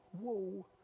whoa